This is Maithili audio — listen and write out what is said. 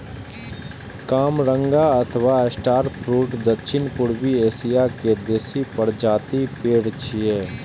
कामरंगा अथवा स्टार फ्रुट दक्षिण पूर्वी एशिया के देसी प्रजातिक पेड़ छियै